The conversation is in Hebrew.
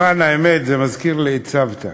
למען האמת, זה מזכיר לי את סבתא,